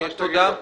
תודה.